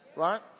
right